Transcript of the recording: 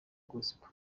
gospel